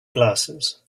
glasses